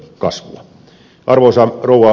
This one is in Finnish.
arvoisa rouva puhemies